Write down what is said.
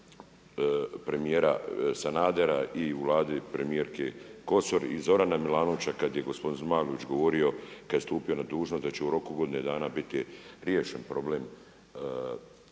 premijera Sanadera i u Vladi premijerke Kosor i Zorana Milanovića kad je gospodin Zmajlović govorio, kad je stupio na dužnost da će u roku godine dana biti riješen problem